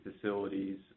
facilities